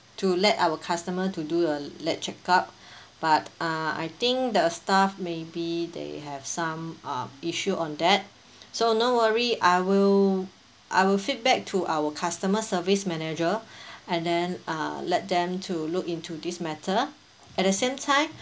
to let our customer to do a late check out but uh I think the staff may be they have some uh issue on that so no worry I will I will feedback to our customer service manager and then uh let them to look into this matter at the same time